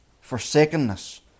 forsakenness